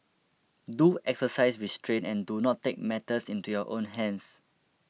do exercise restraint and do not take matters into your own hands